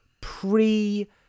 pre